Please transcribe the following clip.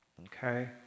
Okay